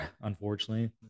unfortunately